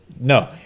No